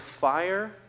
fire